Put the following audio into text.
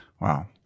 Wow